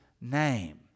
name